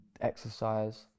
exercise